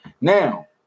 Now